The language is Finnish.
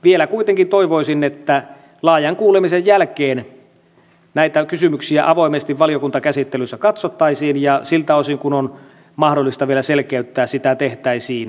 vielä kuitenkin toivoisin että laajan kuulemisen jälkeen näitä kysymyksiä avoimesti valiokuntakäsittelyssä katsottaisiin ja siltä osin kuin on mahdollista vielä selkeyttää sitä tehtäisiin